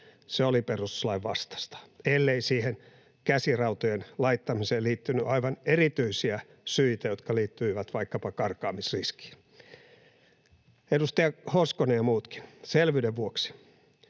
Se oli perustuslain vastaista, ellei siihen käsirautojen laittamiseen liittynyt aivan erityisiä syitä, jotka liittyivät vaikkapa karkaamisriskiin. Edustaja Hoskonen ja muutkin, selvyyden vuoksi: